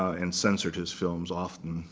and censored his films often.